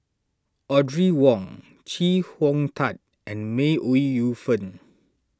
Audrey Wong Chee Hong Tat and May Ooi Yu Fen